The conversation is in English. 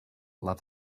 love